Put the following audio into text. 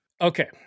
Okay